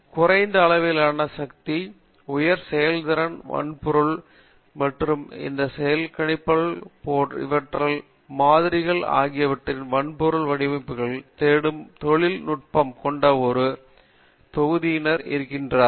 குறைந்த அளவிலான சக்தி உயர் செயல்திறன் வன்பொருள் மற்றும் இந்த கணிப்பொறிகளின் வெவ்வேறு மாதிரிகள் ஆகியவற்றின் வன்பொருள் வடிவமைப்புகளைத் தேடும் தொழில் நுட்பம் கொண்ட ஒரு தொகுதியினர் இருக்கிறார்கள்